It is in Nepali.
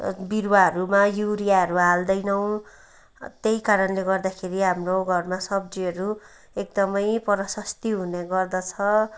बिरुवाहरूमा युरियाहरू हाल्दैनौँ त्यही कारणले गर्दाखेरि हाम्रो घरमा सब्जीहरू एकदमै प्रशस्त हुने गर्दछ